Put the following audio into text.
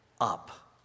up